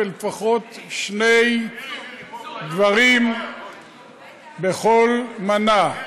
ולפחות שני דברים בכל מנה,